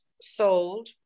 sold